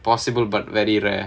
possible but very rare